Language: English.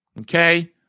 okay